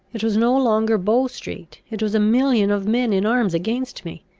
it was no longer bow-street, it was a million of men in arms against me.